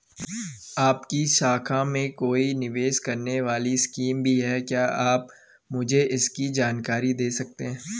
आपकी शाखा में कोई निवेश करने वाली स्कीम भी है क्या आप मुझे इसकी जानकारी दें सकते हैं?